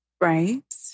right